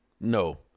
No